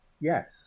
yes